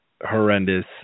Horrendous